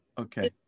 Okay